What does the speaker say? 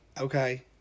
okay